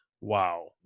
Wow